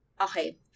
okay